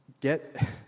get